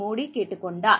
மோடிகேட்டுக் கொண்டார்